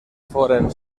foren